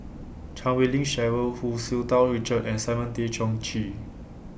Chan Wei Ling Cheryl Hu Tsu Tau Richard and Simon Tay Seong Chee